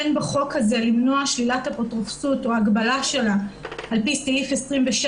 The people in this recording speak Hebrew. אין בחוק הזה למנוע שלילת אפוטרופסות או הגבלה שלה על פי סעיף 27,